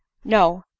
no,